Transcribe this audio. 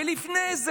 ולפני זה,